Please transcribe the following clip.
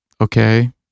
okay